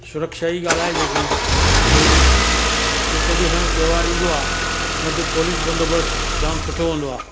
सुरक्षा जी ॻाल्हि आहे जेकी हिन में जेको बि असांजो त्योहार ईंदो आहे हुनते पोलिस बंदोबस्तु जाम सुठो हूंदो आहे